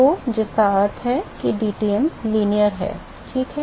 तो जिसका अर्थ है कि Tm रैखिक है हाँ ठीक है